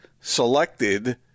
selected